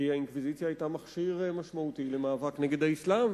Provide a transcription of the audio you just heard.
כי האינקוויזיציה היתה מכשיר משמעותי למאבק נגד האסלאם,